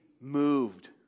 moved